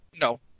No